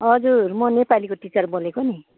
हजुर म नेपालीको टिचर बोलेको नि